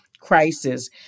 crisis